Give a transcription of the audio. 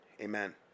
Amen